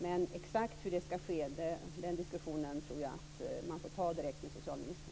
Men exakt hur den diskussionen ska ske tror jag att man får ta upp direkt med socialministern.